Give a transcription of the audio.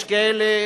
יש כאלה